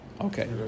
Okay